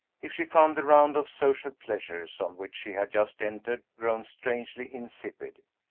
if she found the round of social pleasures on which she had just entered grown strangely insipid,